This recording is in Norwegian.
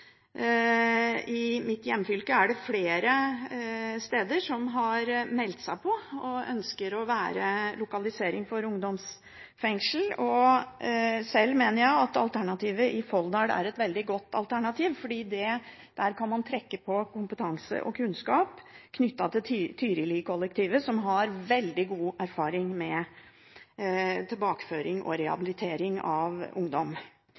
i mitt hjemfylke er det flere steder som har meldt seg på, og ønsker å være lokalisering for ungdomsfengsel. Sjøl mener jeg at alternativet i Folldal er et veldig godt alternativ, for der kan man trekke på kompetanse og kunnskap knyttet til Tyrili-kollektivet, som har veldig god erfaring med tilbakeføring og rehabilitering av ungdom.